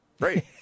great